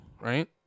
right